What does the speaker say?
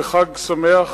ב"חג שמח".